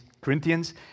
Corinthians